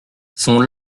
sont